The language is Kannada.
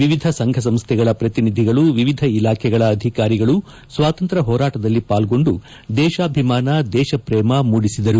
ವಿವಿಧ ಸಂಘಸಂಸ್ಥೆಗಳ ಪ್ರತಿನಿಧಿಗಳು ವಿವಿಧ ಇಲಾಖೆಗಳ ಅಧಿಕಾರಿಗಳು ಸ್ವಾತಂತ್ರ್ಯ ಹೋರಾಟದಲ್ಲಿ ಪಾಲ್ಗೊಂಡು ದೇಶಾಭಿಮಾನ ದೇಶಪ್ರೇಮ ಮೂಡಿಸಿದರು